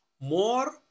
more